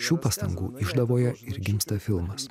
šių pastangų išdavoje ir gimsta filmas